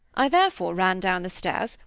i therefore ran down the stairs,